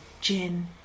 Gin